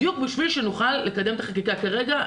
בדיוק בשביל שנוכל לקדם את החקיקה כרגע,